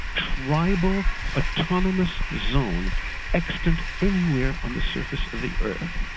tribal autonomous zone extant anywhere on the surface of the earth.